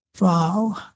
wow